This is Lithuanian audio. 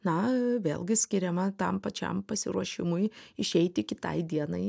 na vėlgi skiriama tam pačiam pasiruošimui išeiti kitai dienai